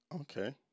Okay